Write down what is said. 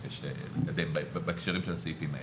מבקש לקדם בהקשרים של הסעיפים האלה.